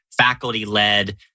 Faculty-led